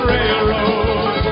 Railroad